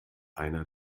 einer